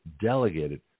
delegated